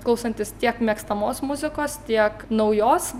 klausantis tiek mėgstamos muzikos tiek naujos